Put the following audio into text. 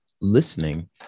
listening